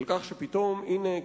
על כך שפתאום הנה,